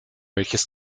welches